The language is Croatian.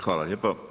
Hvala lijepa.